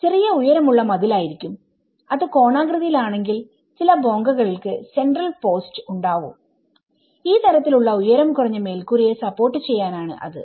ചെറിയ ഉയരമുള്ള മതിൽ ആയിരിക്കുംഅത് കോണാകൃതിയിൽ ആണെങ്കിൽ ചില ബോങ്കകൾക്ക് സെൻട്രൽ പോസ്റ്റ് ഉണ്ടാവും ഈ തരത്തിൽ ഉള്ള ഉയരം കുറഞ്ഞ മേൽക്കൂരയെ സപ്പോർട്ട് ചെയ്യാനാണ് അത്